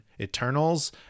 Eternals